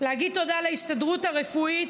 להגיד תודה להסתדרות הרפואית,